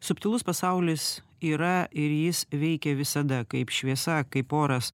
subtilus pasaulis yra ir jis veikia visada kaip šviesa kaip oras